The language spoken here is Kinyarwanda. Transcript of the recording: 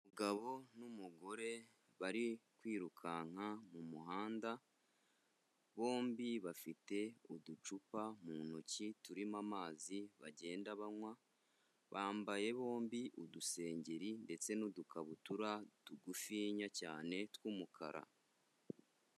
Umugabo n'umugore bari kwirukanka mumuhanda, bombi bafite uducupa mu ntoki turimo amazi bagenda banywa, bambaye bombi udusengeri ndetse n'udukabutura, tugufinya cyane tw'umukara.